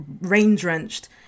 rain-drenched